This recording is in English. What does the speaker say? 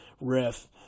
riff